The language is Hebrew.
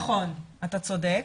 נכון, אתה צודק.